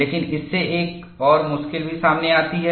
लेकिन इससे एक और मुश्किल भी सामने आती है